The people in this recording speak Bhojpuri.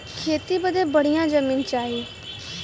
खेती बदे बढ़िया जमीन चाही